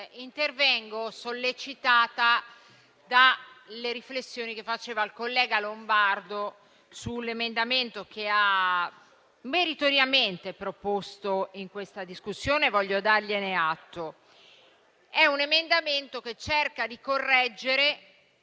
intervengo sollecitata dalle riflessioni che faceva il collega Lombardo sull'emendamento che ha meritoriamente proposto in questa discussione, e voglio dargliene atto. È un emendamento che cerca di correggere